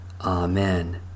Amen